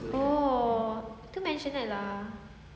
oh itu masionette lah